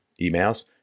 emails